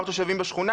מספר תושבים בשכונה,